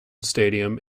stadium